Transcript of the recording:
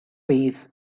peace